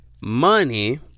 money